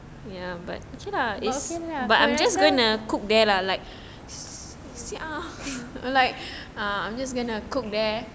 but okay lah